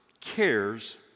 cares